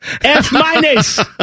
F-minus